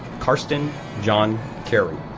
carsten jaan carey,